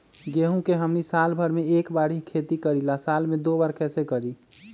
गेंहू के हमनी साल भर मे एक बार ही खेती करीला साल में दो बार कैसे करी?